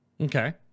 okay